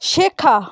শেখা